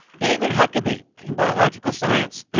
david huckaby, in biological science,